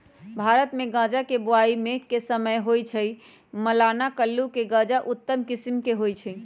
भारतमे गजा के बोआइ मेघ के समय होइ छइ, मलाना कुल्लू के गजा उत्तम किसिम के होइ छइ